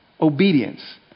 obedience